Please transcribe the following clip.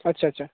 अच्छा अच्छा